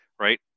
right